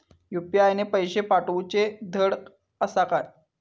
UPI ने पैशे पाठवूचे धड आसा काय?